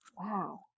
Wow